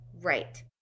right